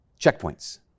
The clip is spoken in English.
checkpoints